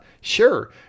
sure